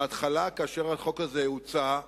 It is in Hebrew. בהתחלה כשהחוק הזה הוצע,